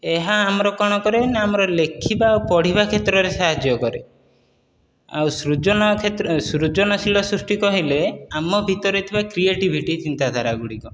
ଏହା ଆମର କଣ କରେ ନା ଆମର ଲେଖିବା ଆଉ ପଢ଼ିବା କ୍ଷେତ୍ରରେ ସାହାଯ୍ୟ କରେ ଆଉ ସୃଜନ କ୍ଷେତ୍ର ସୃଜନଶୀଳ ସୃଷ୍ଟି କହିଲେ ଆମ ଭିତରେ ଥିବା କ୍ରିଏଟିଭିଟି ଚିନ୍ତାଧାରା ଗୁଡ଼ିକ